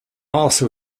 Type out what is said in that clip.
also